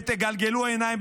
ותגלגלו עיניים,